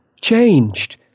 changed